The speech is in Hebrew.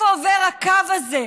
איפה עובר הקו הזה?